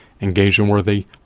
engagement-worthy